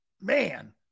Man